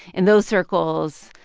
in those circles,